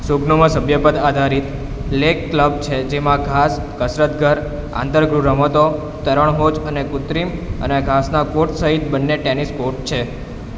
સુખનામાં સભ્યપદ આધારિત lake club છે જેમાં ઘાંસ કસરત ઘર આંતર ગૃહ રમતો તરણ હોજ અને કૃત્રિમ અને ઘાસના કોર્ટ સહીત બંને ટેનિસ કોર્ટ છે